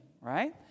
right